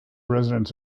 residence